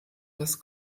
das